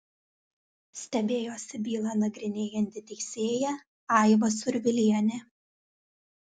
stebėjosi bylą nagrinėjanti teisėja aiva survilienė